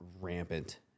rampant